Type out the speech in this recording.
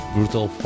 Brutal